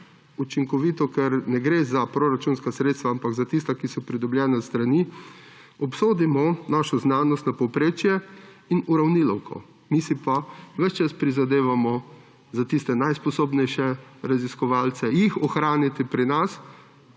tega, ker ne gre za proračunska sredstva, ampak za tista, ki so pridobljena s strani, obsodimo našo znanost na povprečje in uravnilovko. Mi si pa ves čas prizadevamo za tiste najsposobnejše raziskovalce, da jih ohranimo pri nas;